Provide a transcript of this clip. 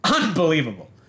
Unbelievable